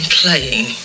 playing